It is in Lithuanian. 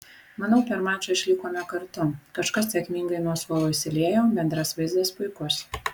manau per mačą išlikome kartu kažkas sėkmingai nuo suolo įsiliejo bendras vaizdas puikus